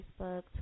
Facebook